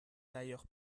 d’ailleurs